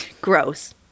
Gross